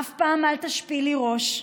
אף פעם אל תשפילי ראש,